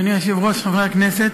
אדוני היושב-ראש, חברי הכנסת,